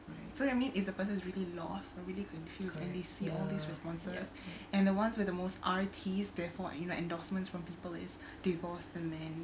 so you mean if the person is really lost or really confused and they see all these responses and the ones with the most R_Ts therefore you know endorsements from people is divorce the man